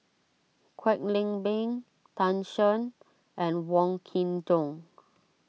Kwek Leng Beng Tan Shen and Wong Kin Jong